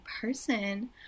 person